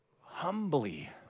humbly